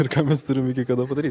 ir ką mes turim iki kada padaryt